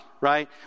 right